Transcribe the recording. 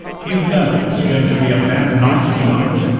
you know it's going to be a bad night tonight.